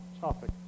topic